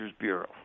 Bureau